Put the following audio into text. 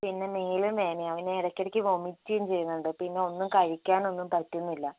പിന്നെ മേലും വേദനയാണ് അങ്ങനെ ഇടയ്ക്കിടയ്ക്ക് വോമിറ്റും ചെയ്യുന്നുണ്ട് പിന്നെ ഒന്നും കഴിക്കാൻ ഒന്നും പറ്റുന്നില്ല